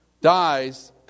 dies